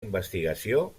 investigació